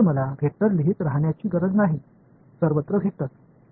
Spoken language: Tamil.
எனவே நான் வெக்டர் எழுத வேண்டிய அவசியமில்லை எல்லா இடங்களிலும் வெக்டர் உள்ளது